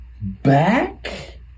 back